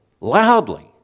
loudly